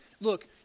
look